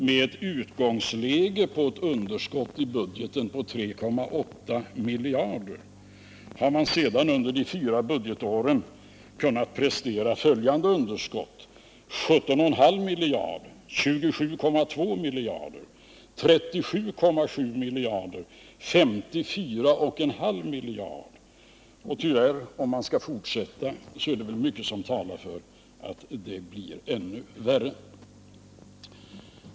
Med ett utgångsläge på ett underskott i budgeten på 3,8 miljarder har man sedan under de fyra budgetåren kunnat prestera följande underskott: 17,5 miljarder, 27,2 miljarder, 37,7 miljarder, 54,5 miljarder. Och om man skall fortsätta är det tyvärr mycket som talar för att det blir ännu värre.